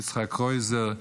יצחק קרויזר,